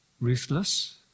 ruthless